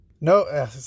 no